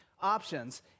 options